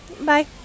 Bye